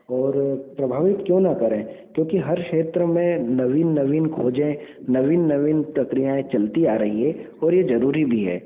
और प्रभावित क्यों न करें क्योंकि हर क्षेत्र में नवीन नवीन खोजें नवीन नवीन प्रकियाएँ चलती आ रही हैं और ये जरूरी भी है